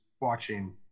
watching